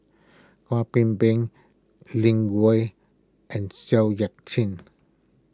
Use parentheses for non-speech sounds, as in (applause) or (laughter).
Kwek (unintelligible) Beng Lin (unintelligible) and Seow Yit Kin